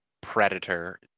predator